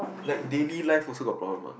like daily life also got problem ah